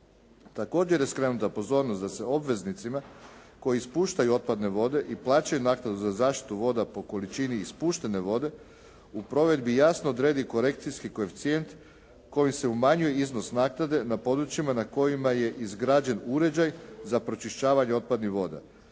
Također je skrenuta pozornost da se obveznicima koji ispuštaju otpadne vode i plaćaju naknadu za zaštitu voda po količini ispuštene vode u provedbi jasno odredi korekcijski koeficijent kojim se umanjuje iznos naknade na područjima na kojima je izgrađen uređaj za pročišćavanje otpadnih voda.